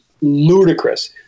ludicrous